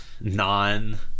non